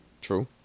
True